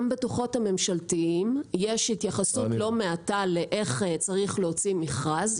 גם בדוחות הממשלתיים יש התייחסות לא מעטה לאיך צריך להוציא מכרז.